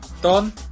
Don